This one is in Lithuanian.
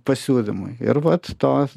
pasiūlymui ir vat tos